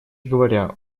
говоря